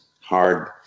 hard